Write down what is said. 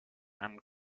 and